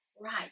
Right